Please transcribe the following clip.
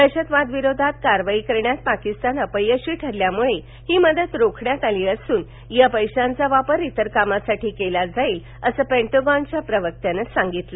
दहशतवादा विरोधात कारवाई करण्यात पाकिस्तान अपयशी ठरल्यामुळे ही मदत रोखण्यात आली असून या पैशांचा वापर तिर कामांसाठी केला जाईल असं पेंटागॉनच्या प्रवक्त्यांनी सांगितलं